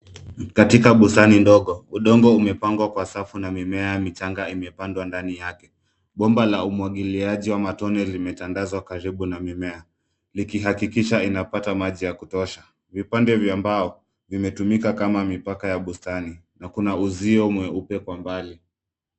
Katika bustani ndogo udongo umepangwa kwa safu na mimea michanga imepandwa ndani yake. Bomba la umwagiliaji wa matone limetandazwa karibu na mimea likihakikisha ina pata maji ya kutosha. Vipande vya mbao vimetumika kama mipaka ya bustani na kuna uzio mweupe kwa mbali.